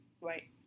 Right